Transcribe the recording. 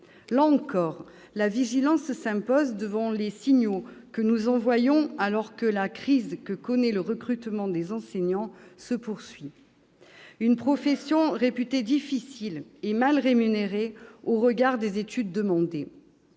Là encore, la vigilance s'impose sur les signaux que nous envoyons, alors que se poursuit la crise du recrutement des enseignants, une profession réputée difficile et mal rémunérée au regard des études demandées.